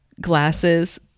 glasses